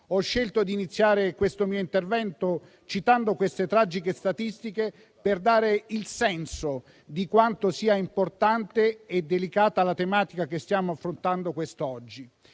Ho scelto di iniziare questo mio intervento citando queste tragiche statistiche per dare il senso di quanto sia importante e delicata la tematica che stiamo affrontando quest'oggi.